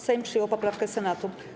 Sejm przyjął poprawkę Senatu.